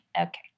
Okay